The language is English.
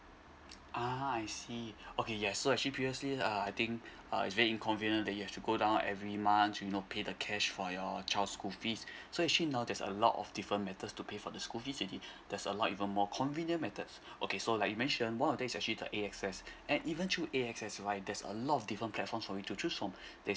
ah I see okay yes so actually previously uh I think uh is very inconvenient that you have to go down every month you know pay the cash for your child school fees so actually now there's a lot of different methods to pay for the school fees it there's a lot even more convenient method okay so like you mention one of that is actually the A_X_S and even through A_X_S right there's a lot of different platform for you to choose from